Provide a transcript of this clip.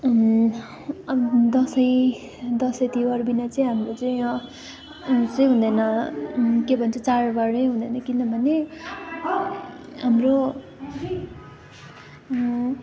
दसैँ दसैँ तिहारबिना चाहिँ हाम्रो चाहिँ यहाँ उसै हुँदैन के भन्छ चाडबाडै हुँदैन किनभने हाम्रो